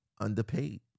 underpaid